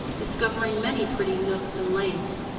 discovering many pretty nooks and lanes.